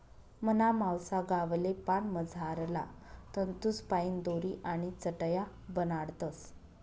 मना मावसा गावले पान मझारला तंतूसपाईन दोरी आणि चटाया बनाडतस